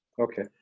Okay